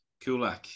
Kulak